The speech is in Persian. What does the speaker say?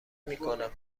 میکنم